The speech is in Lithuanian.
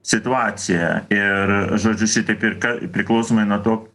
situaciją ir žodžiu šitaip ir ką priklausomai nuo to